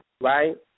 right